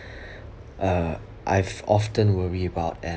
uh I've often worry about and